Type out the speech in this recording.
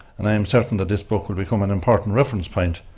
and i am certain that this book will become an important reference point.